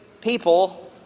people